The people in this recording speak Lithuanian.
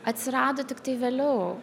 atsirado tiktai vėliau